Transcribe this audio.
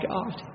God